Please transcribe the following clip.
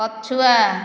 ପଛୁଆ